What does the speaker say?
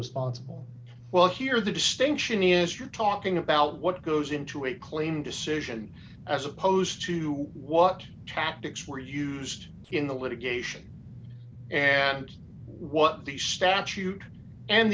responsible well here the distinction is true talking about what goes into a claim decision as opposed to what tactics were used in the litigation and what the statute and